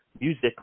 music